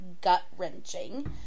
gut-wrenching